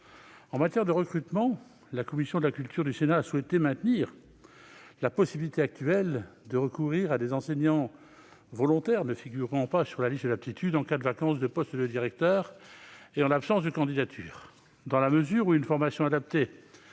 En matière de recrutement, la commission de la culture du Sénat a souhaité maintenir la possibilité de recourir à des enseignants volontaires ne figurant pas sur la liste d'aptitude, en cas de vacance du poste de directeur et en l'absence de candidature. Dans la mesure où une formation adaptée